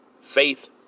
faith